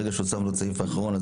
בסעיף 9א(א)